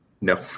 No